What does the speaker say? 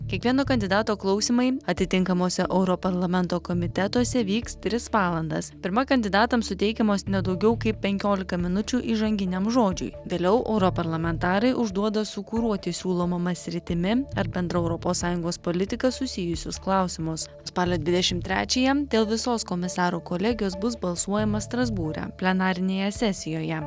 kiekvieno kandidato klausymai atitinkamuose europarlamento komitetuose vyks tris valandas pirma kandidatams suteikiamos ne daugiau kaip penkiolika minučių įžanginiam žodžiui vėliau europarlamentarai užduoda su kuruoti siūlomama sritimi ar bendra europos sąjungos politika susijusius klausimus spalio dvidešim trečiąją dėl visos komisarų kolegijos bus balsuojama strasbūre plenarinėje sesijoje